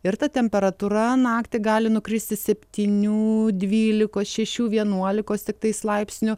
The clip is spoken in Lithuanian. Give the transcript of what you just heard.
ir ta temperatūra naktį gali nukristi septynių dvylikos šešių vienuolikos tiktais laipsnių